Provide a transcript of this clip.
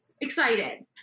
excited